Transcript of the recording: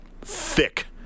thick